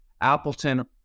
Appleton